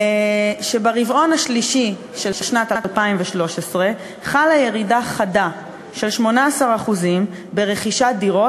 שברבעון השלישי של שנת 2013 חלה ירידה חדה של 18% ברכישת דירות,